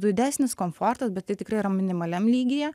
dudesnis komfortas bet tai tikrai yra minimaliam lygyje